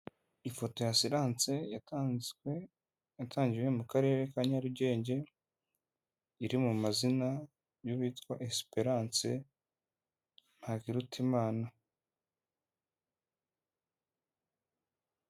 Ifoto y'asiranse yatanzwe, yatangiwe mu karere ka nyarugenge, iri mu mazina y'uwitwa Esperance Ntakirutimana.